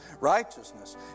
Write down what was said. Righteousness